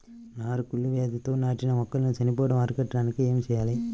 నారు కుళ్ళు వ్యాధితో నాటిన మొక్కలు చనిపోవడం అరికట్టడానికి ఏమి చేయాలి?